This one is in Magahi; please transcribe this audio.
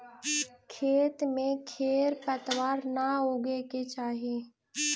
खेत में खेर पतवार न उगे के चाही